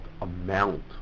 amount